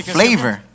flavor